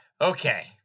Okay